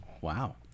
wow